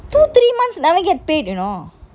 two three months never get paid you know